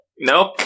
Nope